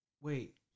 Wait